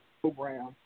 program